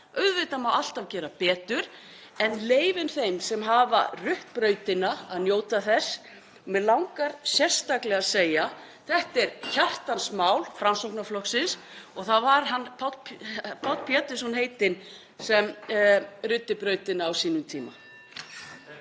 Auðvitað má alltaf gera betur en leyfum þeim sem hafa rutt brautina að njóta þess. Mig langar sérstaklega að segja: Þetta er hjartans mál Framsóknarflokksins og það var hann Páll Pétursson heitinn sem ruddi brautina á sínum tíma.